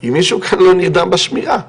אם מישהו כאן לא נרדם בשמירה.